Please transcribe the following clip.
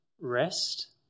rest